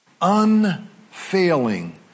Unfailing